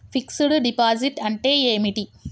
Fix డ్ deposit అంటే ఏమిటి?